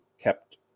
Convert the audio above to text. kept